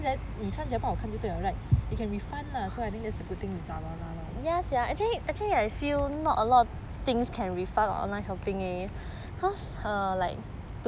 起来你穿起来不好看就对了 right you can refund lah so I think that's a good thing with zalora loh